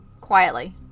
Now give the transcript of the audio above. Quietly